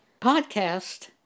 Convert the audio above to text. Podcast